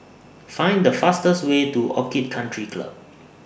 Find The fastest Way to Orchid Country Club